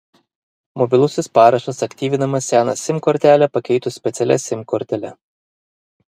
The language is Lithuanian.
mobilusis parašas aktyvinamas seną sim kortelę pakeitus specialia sim kortele